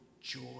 joy